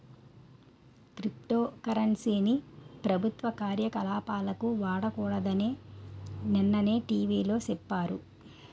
crypto currency ని ప్రభుత్వ కార్యకలాపాలకు వాడకూడదని నిన్ననే టీ.వి లో సెప్పారు